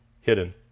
hidden